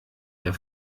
der